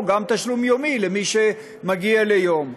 או גם תשלום יומי למי שמגיע ליום.